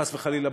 חס וחלילה,